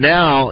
now